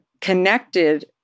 connected